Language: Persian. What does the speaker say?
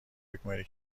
میکنی